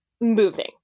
moving